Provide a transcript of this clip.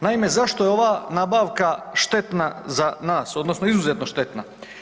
Naime, zašto je ova nabavka štetna za nas, odnosno izuzetno štetna?